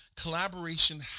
collaboration